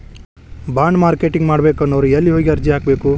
Bond marketing ಮಾಡ್ಬೇಕನ್ನೊವ್ರು ಯೆಲ್ಲೆ ಹೊಗಿ ಅರ್ಜಿ ಹಾಕ್ಬೆಕು?